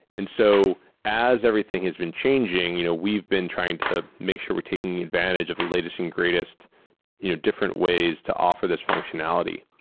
and so as everything has been changing, you know we've been trying to make sure we're taking advantage of the latest and greatest you know different ways to offer this functionality.